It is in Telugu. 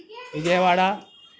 విజయవాడ